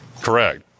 correct